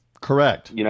Correct